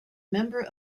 member